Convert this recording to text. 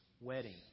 wedding